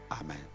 Amen